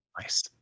nice